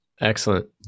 Excellent